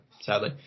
sadly